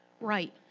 right